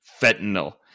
fentanyl